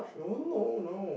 no no no